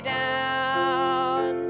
down